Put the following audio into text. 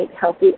healthy